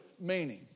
meaning